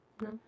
No